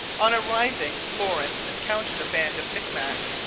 on arriving, lawrence encountered a band of micmacs,